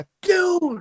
Dude